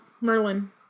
Merlin